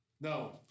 No